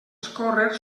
escórrer